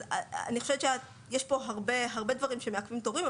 אז אני חושבת שיש פה הרבה דברים שמעכבים תורים,